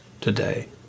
today